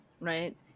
right